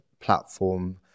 platform